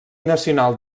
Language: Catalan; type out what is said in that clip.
nacional